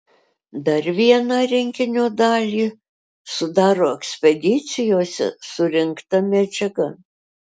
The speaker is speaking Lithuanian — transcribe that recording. dar vieną rinkinio dalį sudaro ekspedicijose surinkta medžiaga